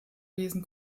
lesen